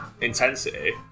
intensity